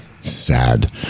sad